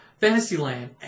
Fantasyland